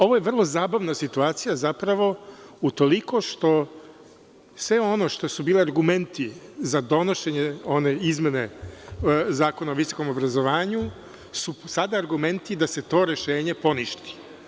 Ovo je vrlo zabavna situacija zapravo utoliko što sve ono što su bili argumenti za donošenje one izmene Zakona o visokom obrazovanju su sada argumenti da se to rešenje poništi.